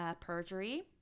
perjury